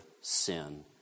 sin